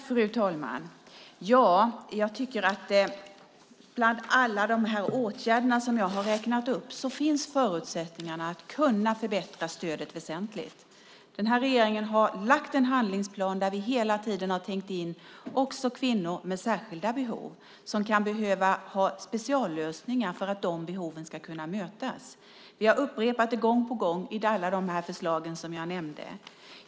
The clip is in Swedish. Fru talman! Med alla åtgärder som jag har räknat upp finns förutsättningar att kunna förbättra stödet väsentligt. Den här regeringen har lagt fram en handlingsplan där vi hela tiden har tänkt in också kvinnor med särskilda behov som kan behöva speciallösningar för att behoven ska kunna mötas. Vi har gång på gång upprepat alla de förslag som jag nämnde.